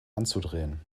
anzudrehen